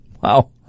Wow